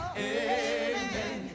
amen